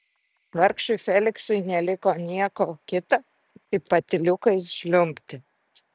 vargšui feliksui neliko nieko kita kaip patyliukais žliumbti